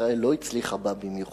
שישראל לא הצליחה בה במיוחד,